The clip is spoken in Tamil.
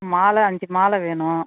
மாலை அஞ்சு மாலை வேணும்